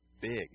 big